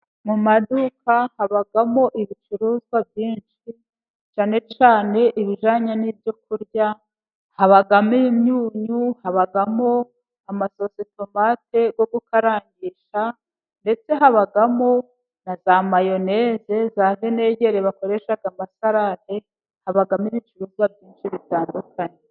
Mu maduka habamo ibicuruzwa, cyane cyane ibijyanye n'ibyo kurya, habamo imyunyu, habamo amasositomate, yo gukarangisha, ndetse habamo, na za mayonese, za venegere bakoresha amasalade, habamo ibice ibigo byinshi bitandukanye.